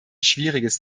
schwieriges